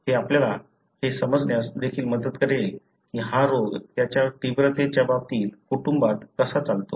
हे आपल्याला हे समजण्यास देखील मदत करेल की हा रोग त्याच्या तीव्रतेच्या बाबतीत कुटुंबात कसा चालतो